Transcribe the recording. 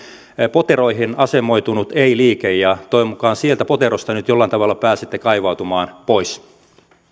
poteroihin asemoitunut ei liike ja toivon mukaan sieltä poteroista nyt jollain tavalla pääsette kaivautumaan pois